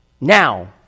now